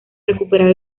recuperar